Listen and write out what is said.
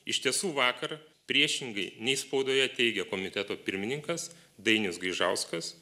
iš tiesų vakar priešingai nei spaudoje teigė komiteto pirmininkas dainius gaižauskas